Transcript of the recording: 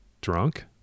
drunk